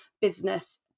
business